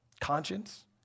conscience